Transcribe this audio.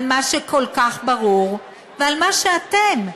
על מה שכל כך ברור, ועל מה שאתם,